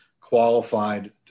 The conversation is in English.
qualified